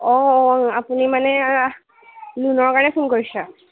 অঁ অঁ আপুনি মানে লোনৰ কাৰণে ফোন কৰিছে